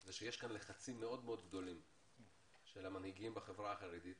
זה שיש כאן לחצים מאוד-מאוד גדולים של המנהיגים בחברה החרדית